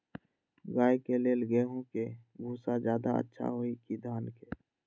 गाय के ले गेंहू के भूसा ज्यादा अच्छा होई की धान के?